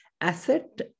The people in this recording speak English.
Asset